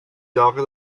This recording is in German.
jahre